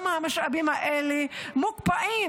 גם המשאבים האלה מוקפאים.